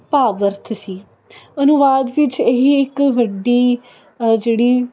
ਭਾਵ ਅਰਥ ਸੀ ਅਨੁਵਾਦ ਵਿੱਚ ਇਹੀ ਇੱਕ ਵੱਡੀ ਜਿਹੜੀ